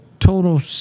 total